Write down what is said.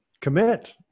Commit